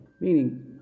meaning